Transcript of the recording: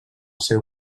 seu